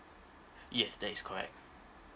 yes that is correct